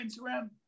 instagram